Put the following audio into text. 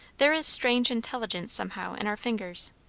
there is strange intelligence, somehow, in our fingers.